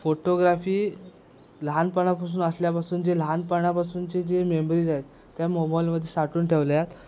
photography लहानपणापासून असल्यापासून जे लहानपणापासूनचे जे मेमरीज आहेत त्या मोबाईलमध्ये साठवून ठेवलेएत